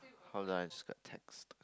hold on I just got text